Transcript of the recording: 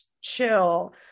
chill